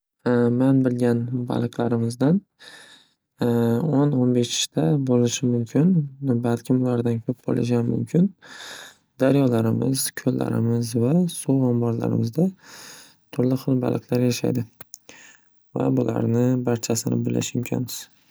Man bilgan baliqlarimizdan o'n o'n beshta bo'lishi mumkin. Balkim ulardan ko'p bo'lishiyam mumkin. Daryolarimiz, ko'llarimiz va suv omborlarimizda turli xil baliqlar yashaydi va bularni barchasini bilish imkonsiz.